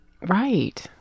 Right